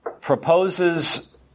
proposes